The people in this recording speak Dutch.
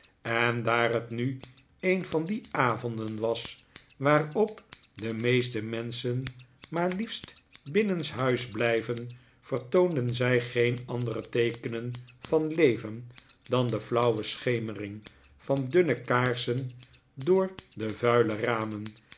en daar het nu een van die avonden was waarop de meeste menschen maar liefst binnenshuis blijven vertoonde zij geen andere teekenen van leven dan de flauwe schemering van dunne kaarsen door de vuile ramen